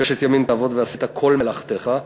"ששת ימים תעבד ועשית כל מלאכתך";